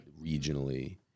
regionally